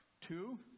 Two